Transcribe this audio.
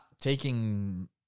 taking –